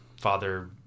Father